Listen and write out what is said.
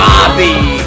Bobby